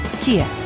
Kia